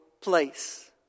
place